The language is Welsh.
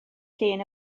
llun